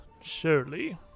surely